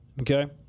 Okay